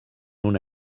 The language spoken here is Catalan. una